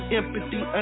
empathy